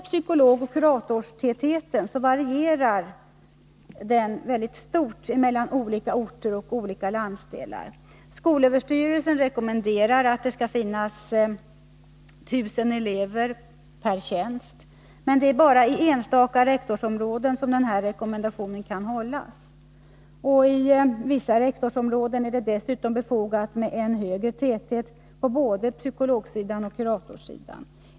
Psykologoch kuratorstätheten varierar mycket mellan olika orter och landsdelar. Skolöverstyrelsen rekommenderar att det skall finnas 1000 elever per tjänst, men det är bara i enstaka rektorsområden som den rekommendationen kan hållas. I vissa rektorsområden är det dessutom befogat med en högre täthet på både psykologsidan och kuratorssidan.